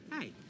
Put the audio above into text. Hey